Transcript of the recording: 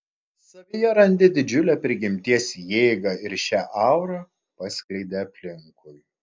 savyje randi didžiulę prigimties jėgą ir šią aurą paskleidi aplinkui